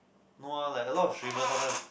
no lah like a lot of treatment sometimes